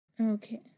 Okay